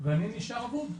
ואני נשאר אבוד.